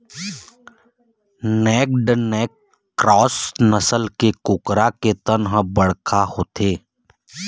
naked neck cross नसल के कुकरा के तन ह बड़का होथे